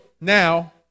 now